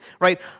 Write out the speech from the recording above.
right